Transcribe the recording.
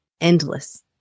Endless